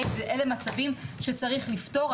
אלה מצבים שצריך לפתור,